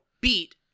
Beat